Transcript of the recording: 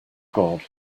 god